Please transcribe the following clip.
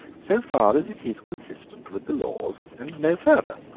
so far as it is consistent with the laws, and no farther.